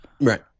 Right